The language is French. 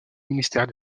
ministère